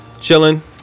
Chilling